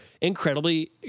incredibly